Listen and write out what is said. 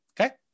Okay